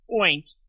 point